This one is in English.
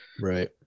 right